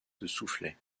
soufflait